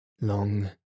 Long